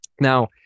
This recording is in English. Now